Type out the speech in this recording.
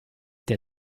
der